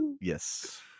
yes